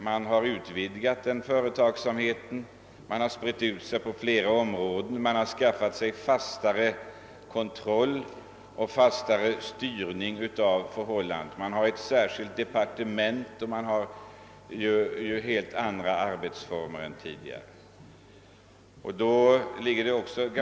Man har utvidgat företagsamheten, man har spritt ut sig på flera områden, man har skaffat sig större kontroll och fastare styrning av förhållandena. Man har inrättat ett särskilt departement och man har helt andra arbetsformer än tidigare.